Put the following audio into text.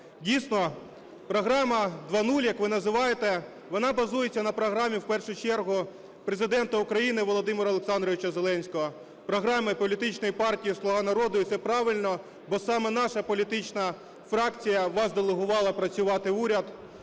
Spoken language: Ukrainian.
Дійсно, програма "2.0", як ви називаєте, вона базується на програмі в першу чергу Президента України Володимира Олександровича Зеленського, програми політичної партії "Слуга народу". І це правильно, бо саме наша політична фракція вас делегувала працювати в уряд.